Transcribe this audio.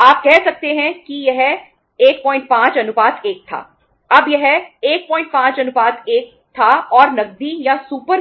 फिर हमारे पास